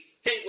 Hey